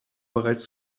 bereits